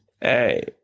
Hey